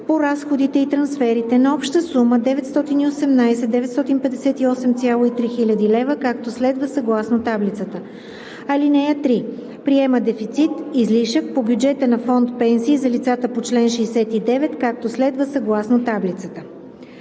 по разходите и трансферите на обща сума 918 958,3 хил. лв., както следва: съгласно таблицата. (3) Приема дефицит (излишък) по бюджета на фонд „Пенсии за лицата по чл. 69“, както следва: съгласно таблицата.